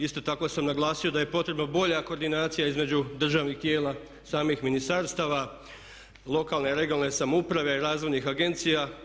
Isto tako sam naglasio da je potrebna bolja koordinacija između državnih tijela samih ministarstava, lokalne i regionalne samouprave, razvojnih agencija.